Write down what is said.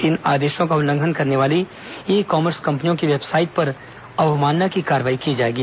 इन आदेशों का उल्लंघन करने वाली ई कॉमर्स कंपनियों की वेबसाइट पर अवमानना की कार्रवाई की जाएगी